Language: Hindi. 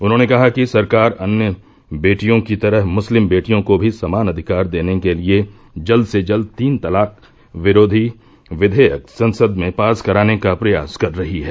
उन्होंने कहा कि सरकार अन्य बेटियों की तरह मुस्लिम बेटियों को भी समान अधिकार देने के लिए जल्द से जल्द तीन तलाक विरोधी विधेयक संसद में पास कराने के प्रयास कर रही है